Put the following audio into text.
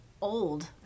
old